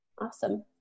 Awesome